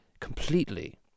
completely